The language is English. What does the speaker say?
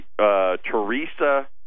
Teresa